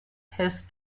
his